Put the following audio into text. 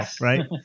right